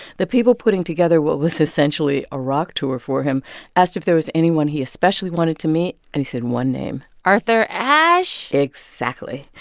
the people putting together what was essentially a rock tour for him asked if there was anyone he especially wanted to meet. and he said one name arthur ashe? exactly.